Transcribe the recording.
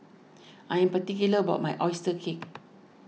I am particular about my Oyster Cake